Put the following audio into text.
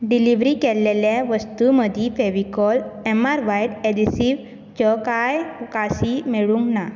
delivery केल्लेल्या वस्तूं मदीं फेविकोल एम आर व्हाइट ऐड्हीसिवच्यो कांय उकासी मेळूंंक ना